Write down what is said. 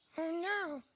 no.